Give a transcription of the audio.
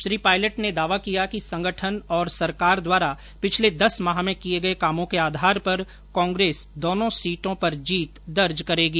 श्री पायलट ने दावा किया कि संगठन और सरकार द्वारा पिछले दस माह में किए गए कामों के आधार पर कांग्रेस दोनों सीटों पर जीत दर्ज करेगी